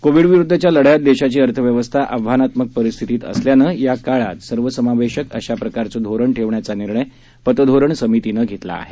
कोविडविरुद्धच्या लढ्यात देशाची अर्थव्यवस्था आव्हानात्मक परिस्थितीत असल्यानं या काळात सर्वसमावेशक अशा प्रकारचं धोरण ठेवण्याचा निर्णय पतधोरण समितीनं घेतला आहे